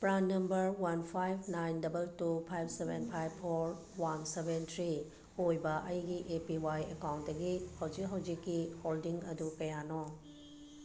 PRAN number one five nine double two five seven five four one seven three ꯑꯣꯏꯕ ꯑꯩꯒꯤ A P Y ꯑꯦꯀꯥꯎꯟꯇꯒꯤ ꯍꯧꯖꯤꯛ ꯍꯧꯖꯤꯛꯀꯤ holding ꯑꯗꯨ ꯀꯌꯥꯅꯣ